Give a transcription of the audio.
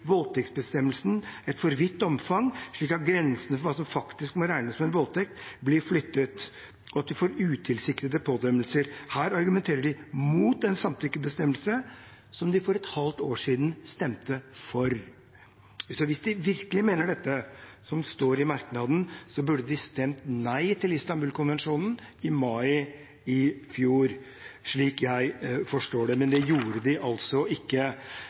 voldtektsbestemmelsen et for vidt omfang, slik at grensene for hva som faktisk må regnes som en voldtekt, blir flyttet, og at vi får utilsiktede pådømmelser». Her argumenterer de mot en samtykkebestemmelse som de for et halvt år siden stemte for. Hvis de virkelig mener det som står i merknaden, burde de stemt nei til Istanbul-konvensjonen i mai i fjor, slik jeg forstår det, men det gjorde de altså ikke.